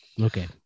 Okay